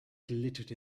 glittered